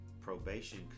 probation